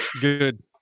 Good